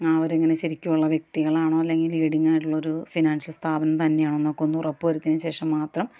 അവർ അങ്ങനെ ശരിക്കുള്ള വ്യക്തികളാണോ അല്ലെങ്കിൽ ലീഡിങ്ങ് ആയിട്ടുള്ളൊരു ഫിനാൻഷ്യൽ സ്ഥാപനം തന്നെയാണോ എന്നൊക്കെ ഒന്നുറപ്പ് വരുത്തിയതിന് ശേഷം മാത്രം